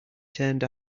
turned